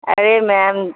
ارے میم